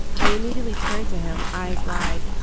i immediately turned to him. eyes wide.